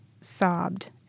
sobbed